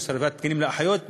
הוספת תקנים לאחיות,